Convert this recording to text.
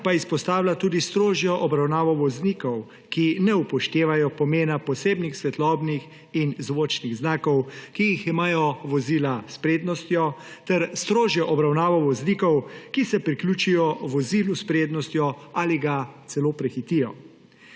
izpostavlja tudi strožjo obravnavo voznikov, ki ne upoštevajo pomena posebnih svetlobnih in zvočnih znakov, ki jih imajo vozila s prednostjo, ter strožjo obravnavo voznikov, ki se priključijo vozilu s prednostjo ali ga celo prehitijo.